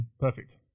perfect